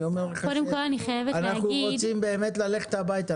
אנחנו באמת רוצים ללכת הביתה.